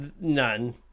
none